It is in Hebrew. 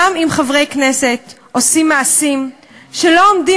גם אם חברי כנסת עושים מעשים שלא עולים